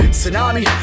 Tsunami